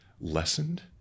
lessened